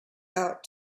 out